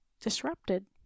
disrupted